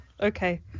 okay